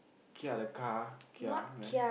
kia the car Kia then